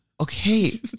Okay